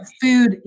food